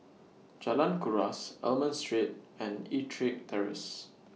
Jalan Kuras Almond Street and Ettrick Terrace